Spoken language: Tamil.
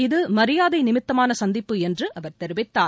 இது மரியாதைநிமித்தமானசந்திப்பு என்றுஅவர் தெரிவித்தார்